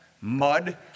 Mud